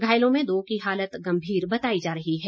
घायलों में दो की हालत गंभीर बताई जा रही है